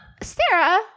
sarah